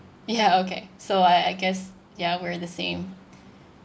ya okay so I I guess ya we're the same